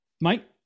Mike